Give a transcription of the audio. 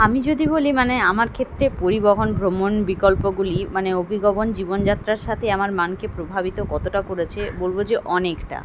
আমি যদি বলি মানে আমার ক্ষেত্রে পরিবহন ভ্রমণ বিকল্পগুলি মানে অভিগমন জীবনযাত্রার সাথে আমার মানকে প্রভাবিত কতটা করেছে বলবো যে অনেকটা